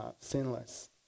sinless